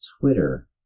Twitter